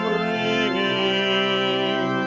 ringing